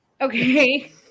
Okay